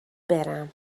برم